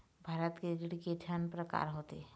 भारत के ऋण के ठन प्रकार होथे?